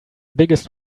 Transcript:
biggest